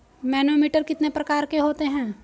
Manometer कितने प्रकार के होते हैं?